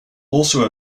also